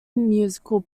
musical